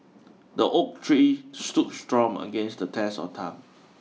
the oak tree stood strong against the test of time